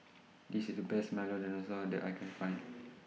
This IS The Best Milo Dinosaur that I Can Find